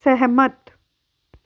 ਸਹਿਮਤ